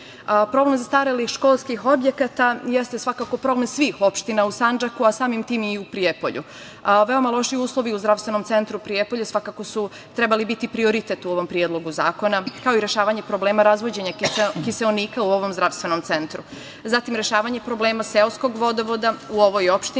zastarelih školskih objekata jeste svakako problem svih opština u Sandžaku, a samim tim i u Prijepolju. Veoma loši uslovi u zdravstvenom centru Prijepolje svakako su trebali biti prioritet u ovom predlogu zakona, kao i rešavanje problema razvođenja kiseonika u ovom zdravstvenom centru. Zatim, rešavanje problema seoskog vodovoda u ovoj opštini,